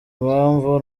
impamvu